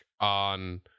on